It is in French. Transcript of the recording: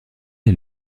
est